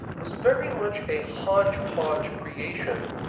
was very much a hodgepodge creation,